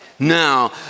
Now